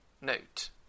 Note